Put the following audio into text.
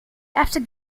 after